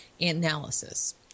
Analysis